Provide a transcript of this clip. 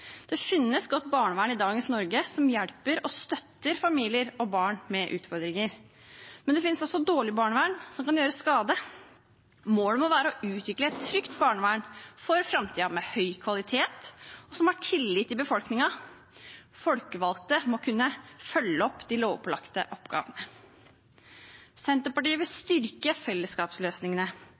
Det finnes godt barnevern i dagens Norge, som hjelper og støtter familier og barn med utfordringer. Men det finnes også dårlig barnevern, som kan gjøre skade. Målet må være å utvikle et trygt barnevern for framtiden med høy kvalitet, som har tillit i befolkningen. Folkevalgte må kunne følge opp de lovpålagte oppgavene. Senterpartiet vil styrke fellesskapsløsningene.